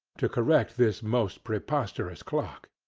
to correct this most preposterous clock.